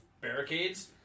barricades